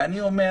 ואני אומר